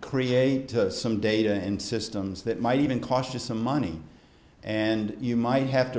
create some data and systems that might even cautious some money and you might have to